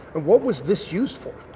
what was this used for?